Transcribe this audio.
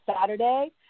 Saturday